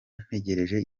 ntegereje